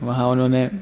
وہاں انہوں نے